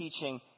teaching